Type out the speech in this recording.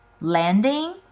landing